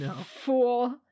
fool